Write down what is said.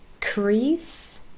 crease